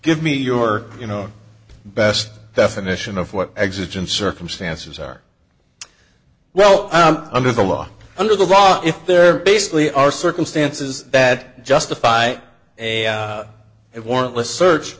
give me your you know best definition of what existence circumstances are well under the law under the law if they're basically are circumstances that justify a it warrantless search